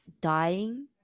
dying